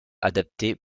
adapté